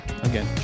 again